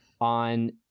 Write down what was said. on